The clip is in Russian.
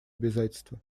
обязательства